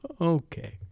Okay